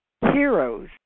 Heroes